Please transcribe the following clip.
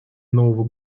нового